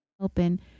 open